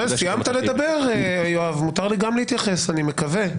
סיימת לדבר, יואב, מותר לי גם להתייחס, אני מקווה.